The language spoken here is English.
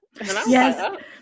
yes